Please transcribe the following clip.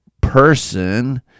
person